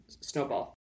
snowball